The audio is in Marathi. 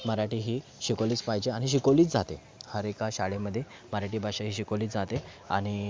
मराठी ही शिकवलीच पाहिजे आणि शिकवलीच जाते हर एका शाळेमध्ये मराठी भाषा ही शिकवली जाते आणि